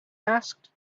asked